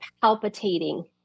palpitating